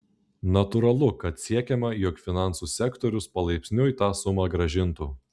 natūralu kad siekiama jog finansų sektorius palaipsniui tą sumą grąžintų